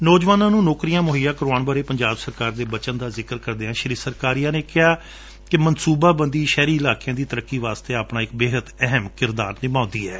ਨੌਜਵਾਨਾਂ ਨੂੰ ਨੌਕਰੀਆਂ ਮੁਹੱਈਆ ਕਰਵਾਊਣ ਬਾਰੇ ਪੰਜਾਬ ਸਰਕਾਰ ਦੇ ਬਚਨ ਦਾ ਜ਼ਿਕਰ ਕਰਦਿਆਂ ਸ੍ਰੀ ਸਰਕਾਰੀਆ ਨੇ ਕਿਹਾ ਕਿ ਮੰਸੁਬਾਬੰਦੀ ਸ਼ਹਿਰੀ ਇਲਾਕਿਆਂ ਦੀ ਤਰੱਕੀ ਵਿਚ ਆਪਣਾ ਇਕ ਬੇਹੱਦ ਅਹਿਮ ਕਿਰਦਾਰ ਨਿਭਾਉਂਦੀ ਏ